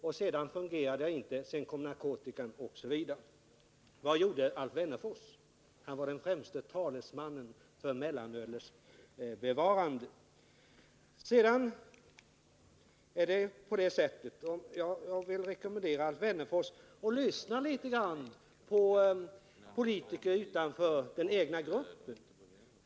Därefter fungerade jag inte, och sedan kom narkotikan. Vad gjorde Alf Wennerfors? Jo, han var den främste talesmannen för mellanölets bevarande. Jag vill rekommendera Alf Wennerfors att lyssna litet på politiker utanför den egna gruppen.